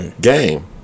Game